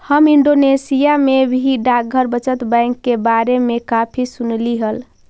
हम इंडोनेशिया में भी डाकघर बचत बैंक के बारे में काफी सुनली हल